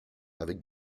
avec